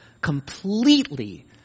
completely